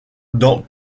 dans